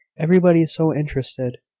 everybody is so interested!